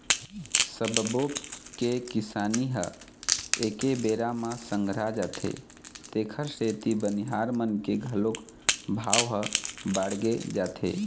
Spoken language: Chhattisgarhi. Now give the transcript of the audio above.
सब्बो के किसानी ह एके बेरा म संघरा जाथे तेखर सेती बनिहार मन के घलोक भाव ह बाड़गे जाथे